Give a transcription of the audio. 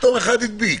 ופתאום אחד הדביק,